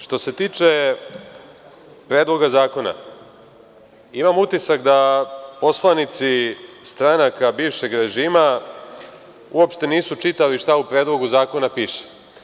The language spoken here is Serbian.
Što se tiče Predloga zakona, imam utisak da poslanici stranaka bivšeg režima uopšte nisu čitali šta u Predlogu zakona piše.